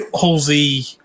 Halsey